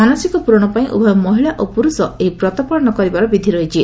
ମାନସିକ ପୁରଣ ପାଇଁ ଉଭୟ ମହିଳା ଓ ପୁରୁଷ ମାନେ ଏହି ବ୍ରତ ପାଳନ କରିବାର ବିଧି ରହିଛି